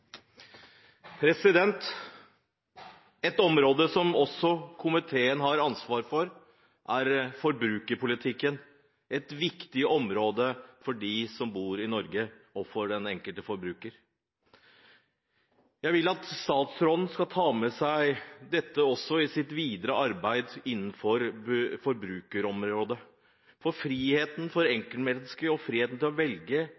bedre. Et område som komiteen også har ansvar for, er forbrukerpolitikken – et viktig område for dem som bor i Norge, og for den enkelte forbruker. Jeg vil at statsråden skal ta med seg også dette i sitt videre arbeid innenfor forbrukerområdet, for friheten for enkeltmennesket og friheten til å velge